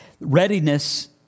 Readiness